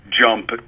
jump